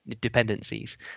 dependencies